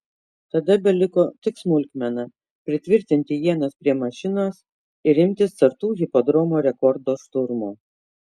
tada beliko tik smulkmena pritvirtinti ienas prie mašinos ir imtis sartų hipodromo rekordo šturmo